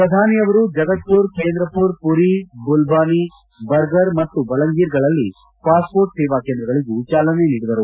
ಪ್ರಧಾನಿಯವರು Jagatsinghpur ಕೇಂದ್ರಪುರ್ ಪುರಿ ಪುಲ್ಲಾನಿ ಬರ್ಗರ್ ಮತ್ತು ಬಲಂಗೀರ್ ಗಳಲ್ಲಿ ಪಾಸ್ ಪೋರ್ಟ್ ಸೇವಾ ಕೇಂದ್ರಗಳಿಗೂ ಚಾಲನೆ ನೀಡಿದರು